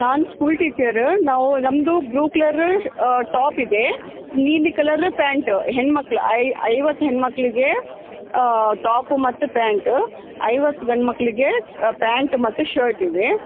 ನಾನು school teacher ನಾವು ನಮ್ಮದು ಬ್ಲು ಕ್ಲರ್ ಟೋಪ್ ಇದೆ ನೀಲಿ ಕಲರ್ ಪ್ಯಾಂಟ್ ಹೆಣ್ಮಕ್ಳು ಐವತ್ತು ಹೆಣ್ಣುಮಕ್ಳಿಗೆ ಟಾಪ್ ಮತ್ತೆ ಪ್ಯಾಂಟ್ ಐವತ್ತು ಗಂಡುಮಕ್ಳಿಗೆ ಪ್ಯಾಂಟ್ ಮತ್ತೆ ಶರ್ಟ್ ಇವೇ